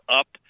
up